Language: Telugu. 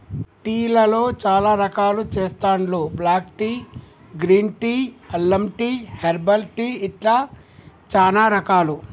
టీ లలో చాల రకాలు చెస్తాండ్లు బ్లాక్ టీ, గ్రీన్ టీ, అల్లం టీ, హెర్బల్ టీ ఇట్లా చానా రకాలు